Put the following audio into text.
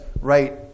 right